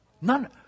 None